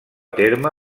terme